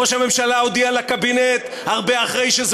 ראש הממשלה הודיע לקבינט הרבה אחרי שזה